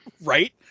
Right